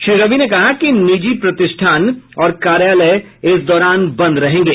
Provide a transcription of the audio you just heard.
श्री रवि ने कहा कि निजी प्रतिष्ठान और कार्यालय इस दौरान बंद रहेंगे